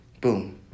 boom